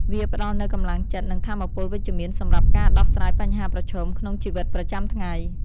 វាផ្ដល់នូវកម្លាំងចិត្ត និងថាមពលវិជ្ជមានសម្រាប់ការដោះស្រាយបញ្ហាប្រឈមក្នុងជីវិតប្រចាំថ្ងៃ។